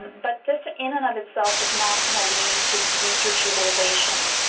but this in and of itself is not going to lead to research utilization.